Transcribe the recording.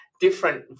different